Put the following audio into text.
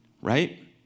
Right